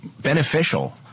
beneficial